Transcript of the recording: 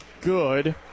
good